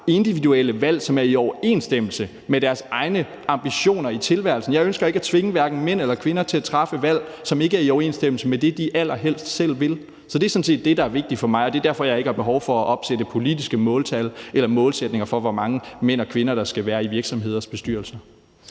individuelle valg, som er i overensstemmelse med deres egne ambitioner i tilværelsen. Jeg ønsker ikke at tvinge hverken mænd eller kvinder til at træffe valg, som ikke er i overensstemmelse med det, de allerhelst selv vil. Så det er sådan set det, der er vigtigt for mig, og det er derfor, jeg ikke har behov for politisk at opsætte måltal eller målsætninger for, hvor mange mænd og kvinder der skal være i virksomheders bestyrelser.